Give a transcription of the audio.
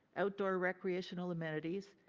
outdoor recreational amenities,